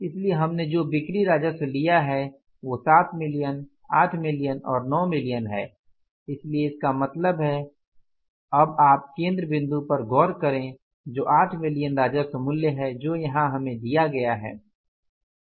इसलिए हमने जो बिक्री राजस्व लिया है वो 7 मिलियन 8 मिलियन और 9 मिलियन है इसलिए इसका मतलब है अब आप केंद्र बिंदु पर गौर करें जो 8 मिलियन राजस्व मूल्य है जो यहां हमें दिया गया है